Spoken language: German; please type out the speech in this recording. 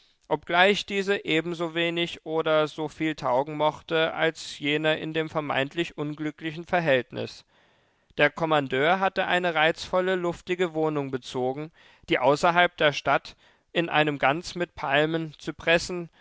obgleich diese ebenso wenig oder so viel taugen mochte als jener in dem vermeintlich unglücklichen verhältnis der kommandeur hatte eine reizvolle luftige wohnung bezogen die außerhalb der stadt in einem ganz mit palmen zypressen